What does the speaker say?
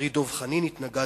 חברי דב חנין התנגדנו,